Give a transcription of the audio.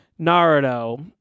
Naruto